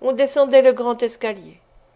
on descendait le grand escalier